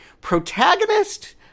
Protagonist